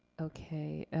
okay,